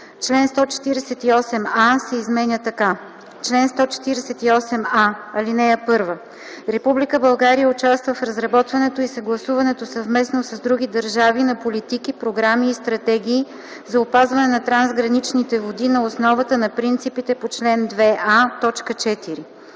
Член 148а се изменя така: „Чл. 148а. (1) Република България участва в разработването и съгласуването съвместно с други държави на политики, програми и стратегии за опазване на трансграничните води на основата на принципите по чл. 2а,